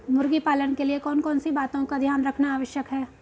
मुर्गी पालन के लिए कौन कौन सी बातों का ध्यान रखना आवश्यक है?